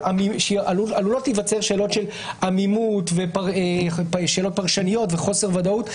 עלולות להיווצר שאלות של עמימות ושאלות פרשניות וחוסר ודאות.